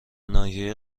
ناحیه